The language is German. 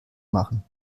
machen